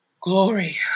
Glory